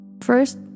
First